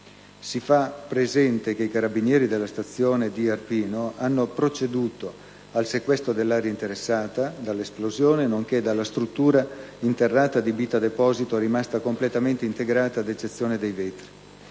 Si fa presente che i carabinieri della stazione di Arpino hanno proceduto al sequestro dell'area interessata dall'esplosione nonché della struttura interrata adibita a deposito, rimasta completamente integra ad eccezione dei vetri.